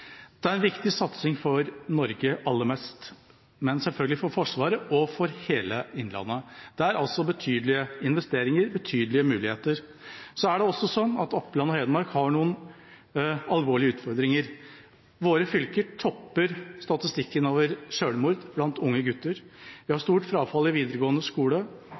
Dette er en viktig satsing for Norge aller mest, men selvfølgelig for Forsvaret og for hele innlandet. Det er altså betydelige investeringer, betydelige muligheter. Så har Oppland og Hedmark også noen alvorlige utfordringer. Våre fylker topper statistikken over selvmord blant unge gutter. Vi har stort frafall i videregående skole,